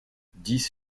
dix